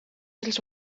els